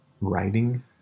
writing